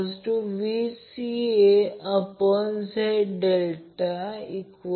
दुसरा एक balanced ∆ Y connection आहे